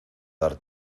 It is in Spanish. dar